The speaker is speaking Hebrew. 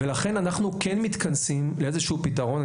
לכן אנחנו כן מתכנסים לאיזשהו פתרון.